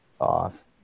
off